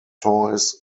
toys